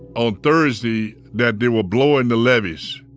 on thursday, that they were blowing the levees